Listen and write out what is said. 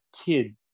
kid